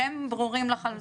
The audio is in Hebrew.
אתם ברורים לחלוטין.